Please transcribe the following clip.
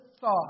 thought